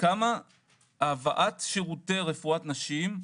כמה הבאת שירותי רפואת נשים,